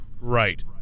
Right